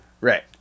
Right